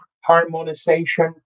harmonization